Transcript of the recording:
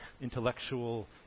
intellectual